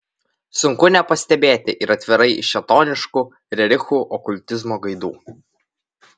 sunku nepastebėti ir atvirai šėtoniškų rerichų okultizmo gaidų